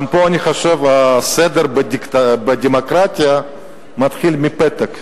גם פה, אני חושב, הסדר בדמוקרטיה מתחיל מהפתק.